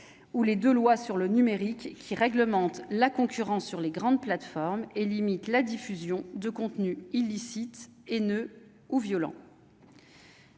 ou les 2 lois sur le numérique qui réglemente la concurrence sur les grandes plateformes et limite la diffusion de contenus illicites et ne ou violents.